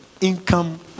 income